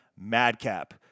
Madcap